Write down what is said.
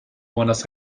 buenos